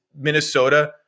Minnesota